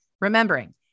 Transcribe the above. remembering